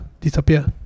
Disappear